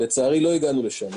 לצערי, לא הגענו לשם.